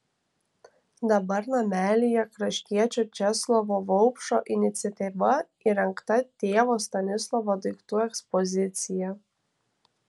dabar namelyje kraštiečio česlovo vaupšo iniciatyva įrengta tėvo stanislovo daiktų ekspozicija